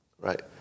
right